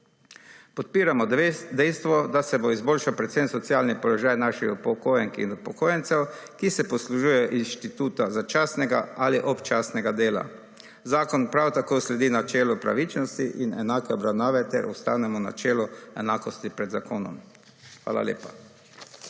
Podpiramo dejstvo, da se bo izboljšal predvsem socialni položaj naših upokojenk in upokojencev, ki se poslužujejo inštituta začasnega ali občasnega dela. Zakon prav tako sledi načelu pravičnosti in enake obravnave ter ustavnemu načelu enakosti pred zakonom. Hvala lepa.